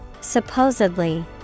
Supposedly